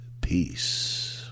peace